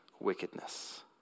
wickedness